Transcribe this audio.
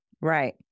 Right